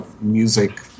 music